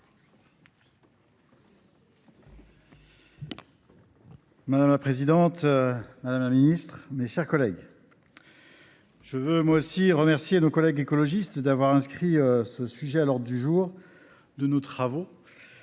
Madame la présidente, madame la ministre, mes chers collègues, je tiens à mon tour à remercier nos collègues écologistes d’avoir inscrit à l’ordre du jour de nos travaux